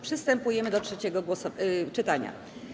Przystępujemy do trzeciego czytania.